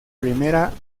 primera